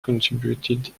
contributed